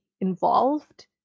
involved